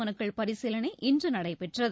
மனுக்கள் பரிசீலனை இன்று நடைபெற்றது